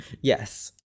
Yes